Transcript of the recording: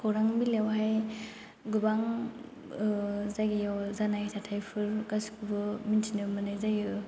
खौरां बिलाइयावहाय गोबां जायगायाव जानाय जाथायफोर गासिखौबो मिन्थिनो मोननाय जायो